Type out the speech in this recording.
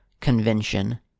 convention